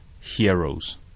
heroes